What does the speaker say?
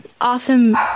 awesome